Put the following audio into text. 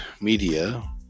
media